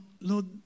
Lord